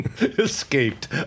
Escaped